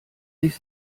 sich